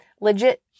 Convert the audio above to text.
legit